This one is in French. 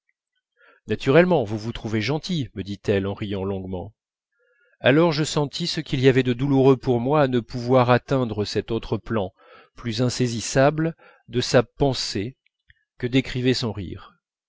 naturellement vous vous trouvez gentil me dit-elle en riant longuement alors je sentis ce qu'il y avait de douloureux pour moi à ne pouvoir atteindre cet autre plan plus insaisissable de sa pensée que décrivait son rire